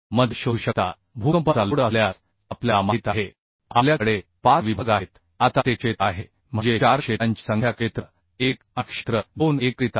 मध्ये शोधू शकता भूकंपाचा लोड असल्यास आपल्याला माहित आहे आपल्याकडे 5 विभाग आहेत आता ते क्षेत्र आहे म्हणजे 4 क्षेत्रांची संख्या क्षेत्र 1 आणि क्षेत्र 2 एकत्रित आहे